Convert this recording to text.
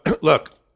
look